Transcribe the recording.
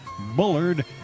Bullard